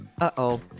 Uh-oh